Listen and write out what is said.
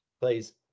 please